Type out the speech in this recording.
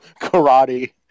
Karate